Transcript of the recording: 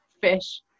fish